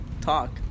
Talk